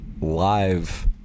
live